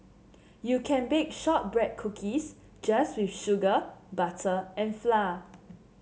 you can bake shortbread cookies just with sugar butter and flour